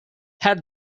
had